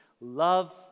Love